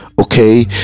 okay